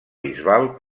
bisbal